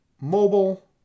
mobile